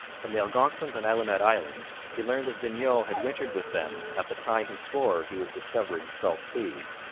from the algonquins on allumette island he learned that vignau had wintered with them at the time he swore he was discovering salt seas.